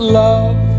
love